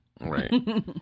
Right